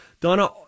Donna